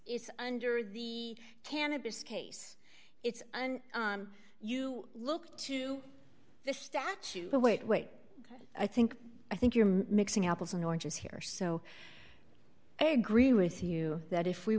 under the cannabis case it's you look to the statute but wait wait i think i think you're mixing apples and oranges here so i agree with you that if we